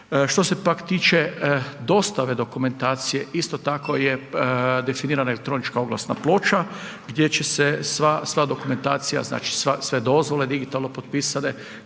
Što se pak tiče dostave dokumentacije isto tako je definirana elektronička oglasna ploča gdje će se sva dokumentacija, znači sve dozvole digitalno potpisane